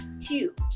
Huge